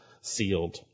sealed